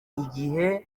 igihe